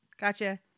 Gotcha